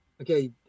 okay